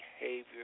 behavior